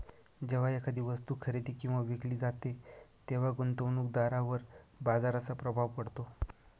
जेव्हा एखादी वस्तू खरेदी किंवा विकली जाते तेव्हा गुंतवणूकदारावर बाजाराचा प्रभाव पडतो